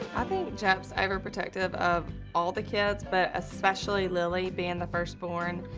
i think jep's over protective of all the kids but especially lily being the first born.